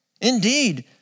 Indeed